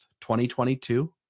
2022